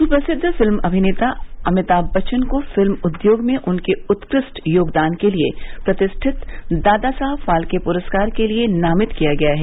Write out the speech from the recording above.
सुप्रसिद्व film अभिनेता अमिताम बच्चन को film उद्योग में उनके उत्कृष्ट योगदान के लिए प्रतिष्ठित दादा साहब फाल्के पुरस्कार के लिए नामित किया गया है